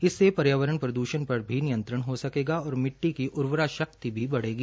इससे पर्यावरण प्रद्षण पर भी नियंत्रण हो सकेगा और मिट्टी की उर्वरा शक्ति भी बढ़ेगी